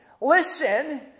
listen